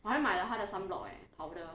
我还买了它的 sunblock eh powder